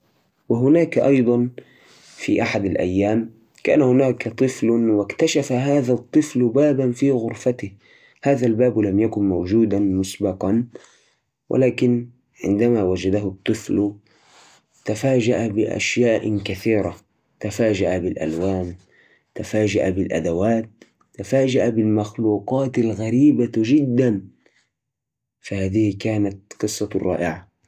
في أحد الأيام اكتشف طفل باباً لم يكن موجود سابقاً وبدافع الفضول قرر فتحه ليجد ممراً مظلماً يقوده إلى عالم غريب مليء بالألوان الزاهية والمخلوقات العجيبة كلما استكشف أكثر اكتشف أن هناك سحر في هذا العالم وأنه يستطيع التحدث مع الحيوانات والطيور